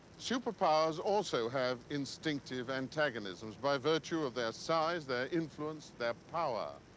superpowers also have instinctive antagonisms by virtue of their size, their influence, their power,